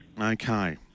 Okay